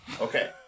okay